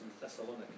Thessalonica